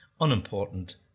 unimportant